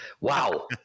Wow